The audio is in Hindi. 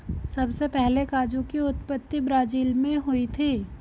सबसे पहले काजू की उत्पत्ति ब्राज़ील मैं हुई थी